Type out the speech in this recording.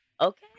Okay